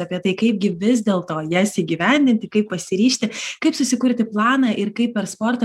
apie tai kaipgi vis dėlto jas įgyvendinti kaip pasiryžti kaip susikurti planą ir kaip per sportą